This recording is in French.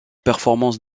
performance